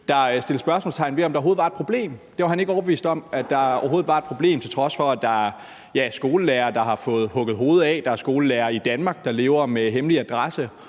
der satte spørgsmålstegn ved, om der overhovedet var et problem. Det var han ikke overbevist om, altså at der overhovedet var et problem, til trods for at der er skolelærere, der har fået hugget hovedet af. Der er skolelærere i Danmark, der lever med hemmelig adresse